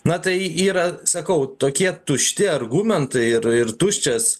na tai yra sakau tokie tušti argumentai ir ir tuščias